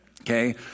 Okay